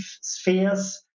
spheres